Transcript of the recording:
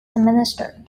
administered